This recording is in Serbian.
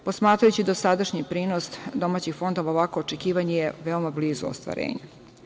Posmatrajući dosadašnji prinos domaćih fondova, ovakvo očekivanje je veoma blizu ostvarenju.